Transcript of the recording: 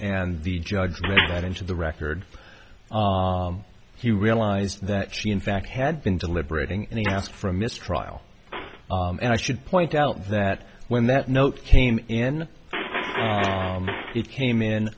and the judge read into the record he realized that she in fact had been deliberating and he asked for a mistrial and i should point out that when that note came in it came in